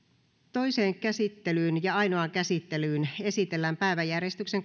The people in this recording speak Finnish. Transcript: toiseen käsittelyyn ja ainoaan käsittelyyn esitellään päiväjärjestyksen